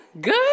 good